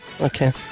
okay